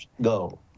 go